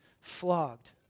flogged